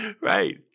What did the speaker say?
Right